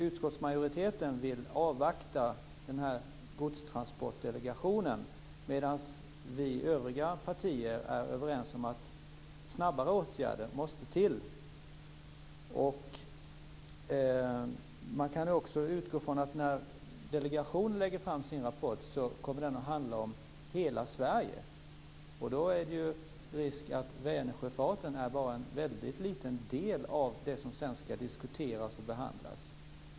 Utskottsmajoriteten vill dock avvakta Godstransportdelegationen, medan vi övriga partier är överens om att snabbare åtgärder måste till. Man kan utgå från att när delegationen lägger fram sin rapport kommer den att handla om hela Sverige. Då är det risk att Vänersjöfarten bara är en väldigt liten del av det som sedan ska diskuteras och behandlas.